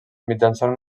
mitjançant